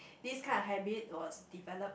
this kind of habit was developed